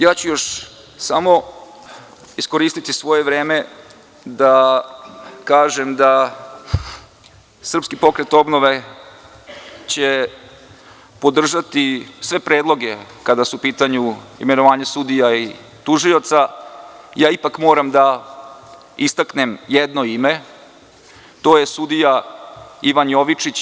Ja ću još samo iskoristiti svoje vreme da kažem da će SPO podržati sve predloge kada je u pitanju imenovanje sudija i tužioca, ali ipak moram da istaknem jedno ime, a to je sudija Ivan Jovičić.